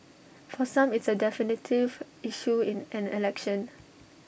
for some it's A definitive issue in an election